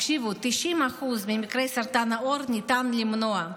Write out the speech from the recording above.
הקשיבו, 90% ממקרי סרטן העור ניתן למנוע,